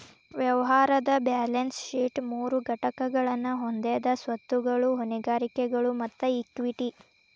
ವ್ಯವಹಾರದ್ balance sheet ಮೂರು ಘಟಕಗಳನ್ನ ಹೊಂದೆದ ಸ್ವತ್ತುಗಳು, ಹೊಣೆಗಾರಿಕೆಗಳು ಮತ್ತ ಇಕ್ವಿಟಿ